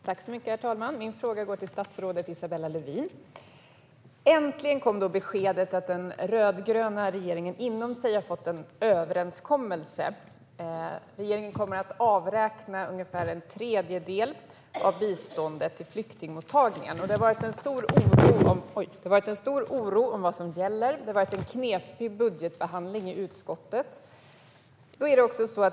Herr talman! Min fråga går till statsrådet Isabella Lövin. Äntligen kom beskedet att den rödgröna regeringen internt har nått en överenskommelse. Regeringen kommer att avräkna ungefär en tredjedel av biståndet till flyktingmottagande. Det har varit stor oro om vad som gäller, och det har varit en knepig budgetbehandling i utskottet.